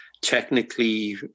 technically